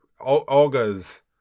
Olga's